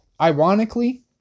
ironically